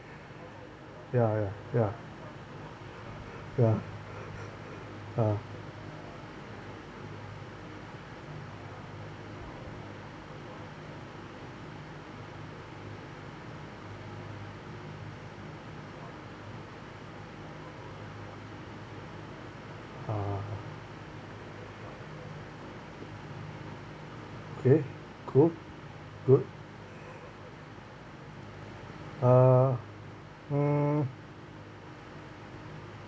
ya ya ya ya uh uh okay cool good uh mm